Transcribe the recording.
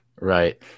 right